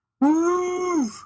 Woo